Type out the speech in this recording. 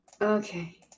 Okay